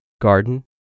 garden